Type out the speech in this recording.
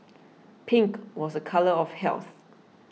pink was a colour of health